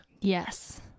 yes